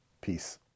peace